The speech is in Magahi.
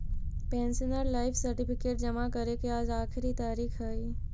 पेंशनर लाइफ सर्टिफिकेट जमा करे के आज आखिरी तारीख हइ